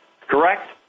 correct